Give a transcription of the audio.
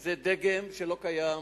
שזה דגם שלא קיים,